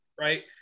right